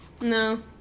No